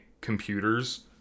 computers